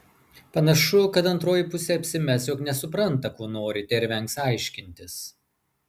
panašu kad antroji pusė apsimes jog nesupranta ko norite ir vengs aiškintis